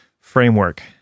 framework